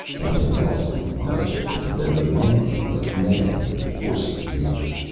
nothing else, in my judgment, than the monkeying of man with the forces of nature.